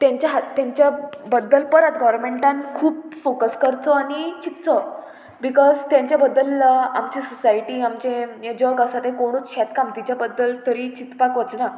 तेंच्या हात तेंच्या बद्दल परत गोवोरमेंटान खूब फोकस करचो आनी चिंतचो बिकॉज तेंच्या बद्दल आमची सोसायटी आमचे हें जग आसा तें कोणूच शेतकामतीच्या बद्दल तरी चिंतपाक वचना